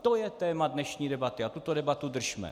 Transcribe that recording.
To je téma dnešní debaty a tuto debatu držme!